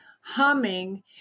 humming